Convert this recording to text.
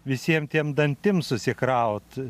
visiem tiem dantim susikraut